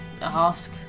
ask